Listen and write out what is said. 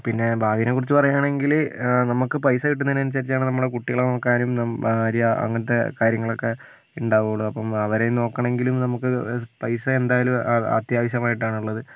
പിന്നെ ഭാവീനെ കുറിച്ച് പറയാണെങ്കിൽ നമുക്ക് പൈസ കിട്ടുന്നതിനനുസരിച്ചാണ് നമ്മളെ കുട്ടികളെ നോക്കാനും നം ഭാര്യ അങ്ങനത്തെ കാര്യങ്ങളൊക്കെ ഉണ്ടാവുള്ളൂ അപ്പോൾ അവരെ നോക്കണമെങ്കിലും നമുക്ക് പൈസ എന്തായാലും അ അത്യാവശ്യമായിട്ടാണ് ഉള്ളത്